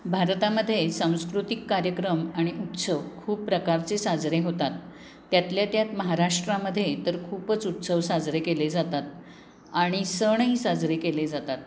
भारतामध्ये सांस्कृतिक कार्यक्रम आणि उत्सव खूप प्रकारचे साजरे होतात त्यातल्या त्यात महाराष्ट्रामध्ये तर खूपच उत्सव साजरे केले जातात आणि सणही साजरे केले जातात